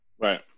Right